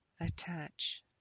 attach